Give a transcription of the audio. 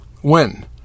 When